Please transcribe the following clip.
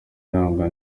arangwa